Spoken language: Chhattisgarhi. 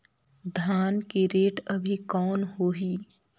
धान के रेट अभी कौन होही?